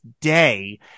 day